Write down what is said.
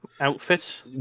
outfit